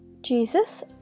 jesus